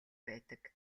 байдаг